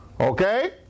Okay